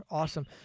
awesome